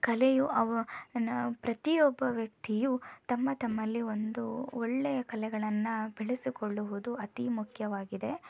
ಕಲೆಯು ಅವ ನ ಪ್ರತಿಯೊಬ್ಬ ವ್ಯಕ್ತಿಯು ತಮ್ಮ ತಮ್ಮಲ್ಲಿ ಒಂದು ಒಳ್ಳೆಯ ಕಲೆಗಳನ್ನು ಬೆಳೆಸಿಕೊಳ್ಳುವುದು ಅತೀ ಮುಖ್ಯವಾಗಿದೆ